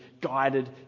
guided